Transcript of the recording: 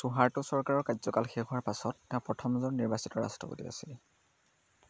Suharto চৰকাৰৰ কাৰ্যকাল শেষ হোৱাৰ পাছত তেওঁ প্ৰথমজন নিৰ্বাচিত ৰাষ্ট্ৰপতি আছিল